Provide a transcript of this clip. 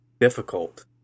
difficult